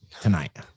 tonight